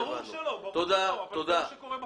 ברור שלא, אבל זה מה שקורה בפועל.